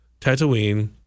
Tatooine